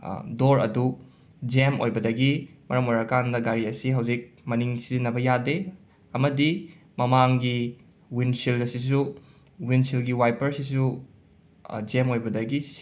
door ꯑꯗꯨ jam ꯑꯣꯏꯕꯗꯒꯤ ꯃꯔꯝ ꯑꯣꯏꯔꯀꯥꯟꯗ ꯒꯥꯔꯤ ꯑꯁꯤ ꯍꯧꯖꯤꯛ ꯃꯅꯤꯡ ꯁꯤꯖꯤꯟꯅꯕ ꯌꯥꯗꯦ ꯑꯃꯗꯤ ꯃꯃꯥꯡꯒꯤ ꯋꯤꯟꯁꯤꯜ ꯑꯁꯤꯁꯨ ꯋꯤꯟꯁꯤꯜꯒꯤ ꯋꯥꯏꯄꯔꯁꯤꯁꯨ ꯖꯦꯝ ꯑꯣꯏꯕꯗꯒꯤ ꯁꯤ